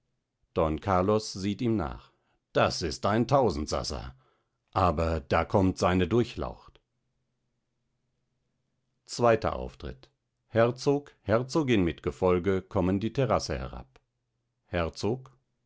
don carlos sieht ihm nach das ist ein tausendsasa aber da kommt seine durchlaucht zweiter auftritt herzog herzogin mit gefolge kommen die terrasse herab herzog